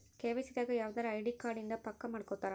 KYC ದಾಗ ಯವ್ದರ ID card ಇಂದ ಪಕ್ಕ ಮಾಡ್ಕೊತರ